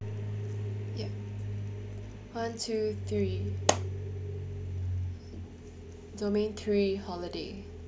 yup one two three domain three holiday